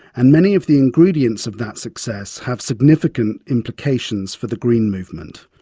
and many of the ingredients of that success have significant implications for the green movement.